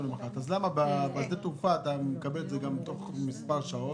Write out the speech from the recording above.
אז למה בשדה התעופה מקבלים את התוצאות תוך מספר שעות,